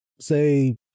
say